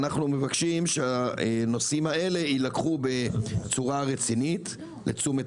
אנחנו מבקשים שהנושאים האלה יילקחו בצורה רצינית לתשומת